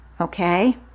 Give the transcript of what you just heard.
Okay